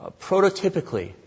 prototypically